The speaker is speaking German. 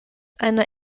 einer